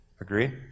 Agree